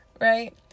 right